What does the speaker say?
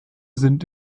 sind